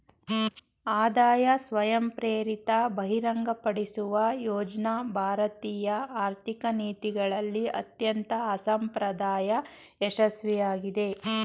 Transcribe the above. ಆದಾಯ ಸ್ವಯಂಪ್ರೇರಿತ ಬಹಿರಂಗಪಡಿಸುವ ಯೋಜ್ನ ಭಾರತೀಯ ಆರ್ಥಿಕ ನೀತಿಗಳಲ್ಲಿ ಅತ್ಯಂತ ಅಸಂಪ್ರದಾಯ ಯಶಸ್ವಿಯಾಗಿದೆ